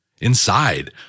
Inside